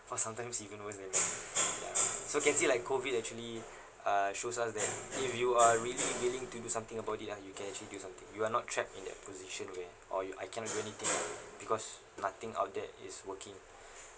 for some times even don't want to wake up ya so can see like COVID actually uh shows us that if you are really willing to do something about it ah you can actually do something you are not trapped in that position where or you I cannot do anything already because nothing out there is working